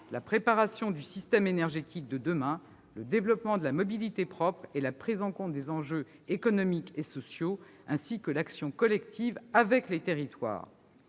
la préparation du système énergétique de demain, le développement de la mobilité propre et la prise en compte des enjeux économiques et sociaux, ainsi que l'action collective avec les territoires.